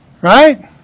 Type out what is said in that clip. Right